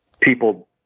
people